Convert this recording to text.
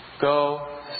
Go